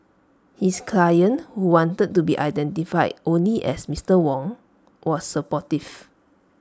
his client who wanted to be identified only as Mister Wong was supportive